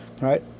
Right